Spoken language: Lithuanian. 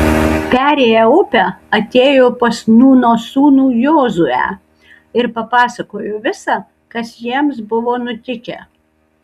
perėję upę atėjo pas nūno sūnų jozuę ir papasakojo visa kas jiems buvo nutikę